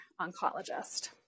oncologist